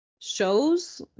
shows